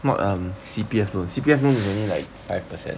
what I'm C_P_F C_P_F rules any like five percent